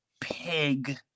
pig